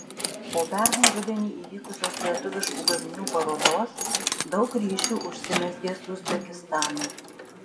po pernai rudenį įvykusios lietuviškų gaminių parodos daug ryšių užsimezgė su uzbekistanu